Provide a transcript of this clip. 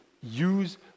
use